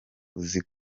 uzi